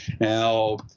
Now